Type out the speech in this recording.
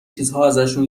چیزهاازشون